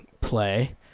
play